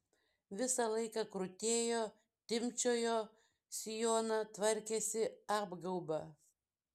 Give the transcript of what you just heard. visą laiką krutėjo timpčiojo sijoną tvarkėsi apgaubą